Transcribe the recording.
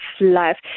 life